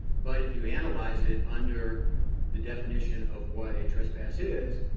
but if you analyze it under the definition of what a trespass is,